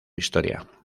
historia